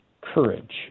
courage